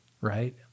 right